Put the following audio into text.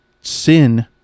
Sin